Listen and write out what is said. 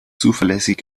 zuverlässig